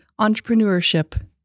entrepreneurship